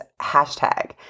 hashtag